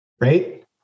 Right